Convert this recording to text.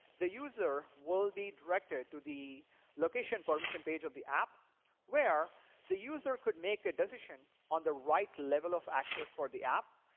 the user will be directed to the location permission page of the app where the user could make a decision on the right level of access for the app,